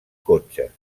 cotxes